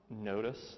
notice